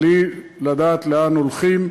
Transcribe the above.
בלי לדעת לאן הולכים,